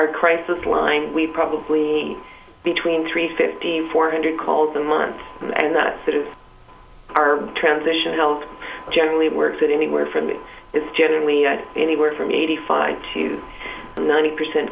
our crisis line we probably between three fifty four hundred calls a month and that sort of our transition health generally works at anywhere from it's generally anywhere from eighty five to ninety percent